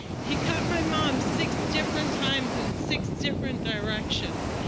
he cut my mom six different times, in six different directions.